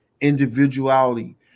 individuality